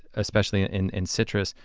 especially ah in in citrus,